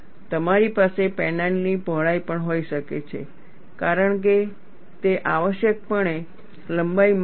તમારી પાસે પેનલની પહોળાઈ પણ હોઈ શકે છે કારણ કે તે આવશ્યકપણે લંબાઈ માપ છે